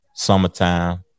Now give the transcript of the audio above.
Summertime